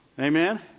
Amen